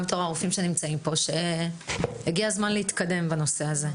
כרופאים שנמצאים כאן - שהגיע הזמן להתקדם בנושא הזה.